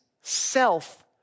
self